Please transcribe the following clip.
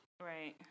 right